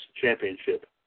Championship